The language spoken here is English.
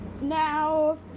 Now